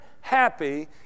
happy